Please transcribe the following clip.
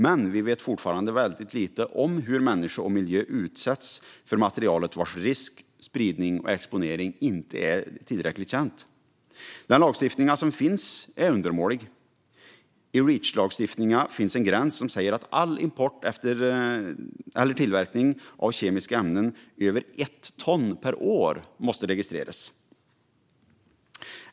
Vi vet dock fortfarande väldigt lite om hur människa och miljö utsätts för materialet, vars risk, spridning och exponering inte är tillräckligt känd. Den lagstiftning som finns är undermålig. I Reachlagstiftningen anges att all import eller tillverkning av kemiska ämnen över 1 ton per år måste registreras.